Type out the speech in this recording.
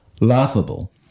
laughable